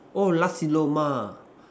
oh Nasi-Lemak